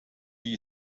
you